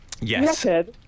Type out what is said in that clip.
Yes